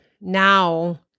now